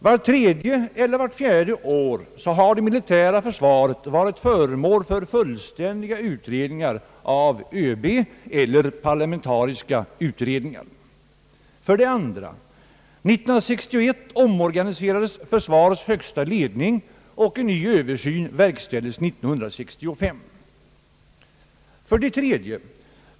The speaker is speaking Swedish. Vart tredje eller vart fjärde år har det militära försvaret varit föremål för fullständiga utredningar av ÖB eller parlamentariska utredningskommittéer. 3.